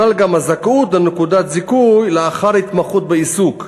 ותבוטל גם הזכאות לנקודת זיכוי לאחר התמחות בעיסוק.